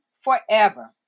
forever